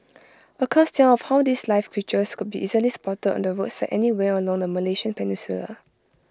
accounts tell of how these live creatures could be easily spotted on the roadside anywhere along the Malaysian peninsula